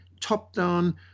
top-down